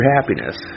happiness